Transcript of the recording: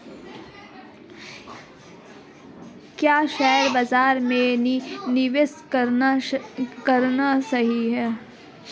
क्या शेयर बाज़ार में निवेश करना सही है?